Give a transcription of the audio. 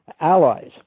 allies